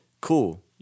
cool